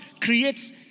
creates